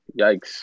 Yikes